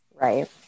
Right